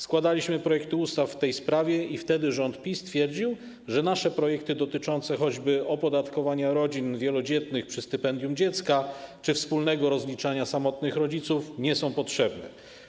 Składaliśmy projekty ustaw w tej sprawie i wtedy rząd PiS twierdził, że nasze projekty dotyczące choćby opodatkowania rodzin wielodzietnych przy stypendium dziecka czy wspólnego rozliczania samotnych rodziców nie są potrzebne.